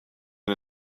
and